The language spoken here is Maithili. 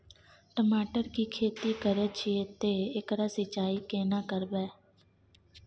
टमाटर की खेती करे छिये ते एकरा सिंचाई केना करबै?